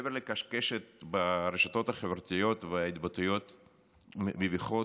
מעבר לקשקשת ברשתות החברתיות וההתבטאויות המביכות,